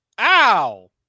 ow